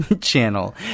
channel